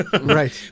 Right